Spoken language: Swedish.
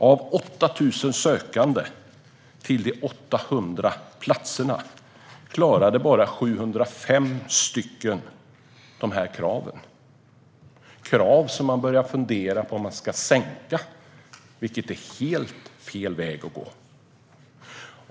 Av 8 000 sökande till 800 platser klarade bara 705 kraven. Man börjar nu fundera på om man ska sänka kraven, vilket är helt fel väg att gå.